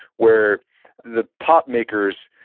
where the pop makers,